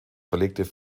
verlegt